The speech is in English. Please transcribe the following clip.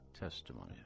testimony